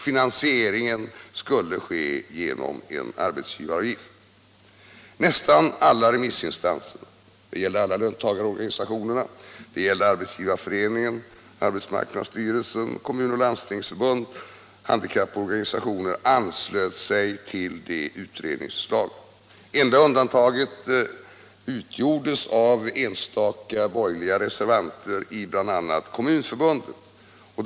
Finansieringen skulle ske genom en arbetsgivaravgift. Nästan alla remissinstanserna — det gällde alla löntagarorganisationerna, Svenska arbetsgivareföreningen, arbetsmarknadsstyrelsen, Kommunförbundet, Landstingsförbundet och handikapporganisationerna — anslöt sig till utredningsförslaget. Enda undantaget utgjordes av enstaka borgerliga reservanter i bl.a. Kommunförbundet.